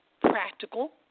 practical